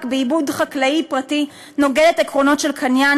בעיבוד חקלאי פרטי נוגדת עקרונות של קניין,